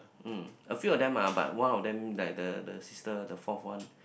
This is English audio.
um a few of them ah but one of them like the the sister the fourth one